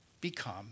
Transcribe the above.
become